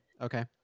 Okay